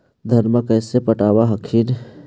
धन्मा कैसे पटब हखिन?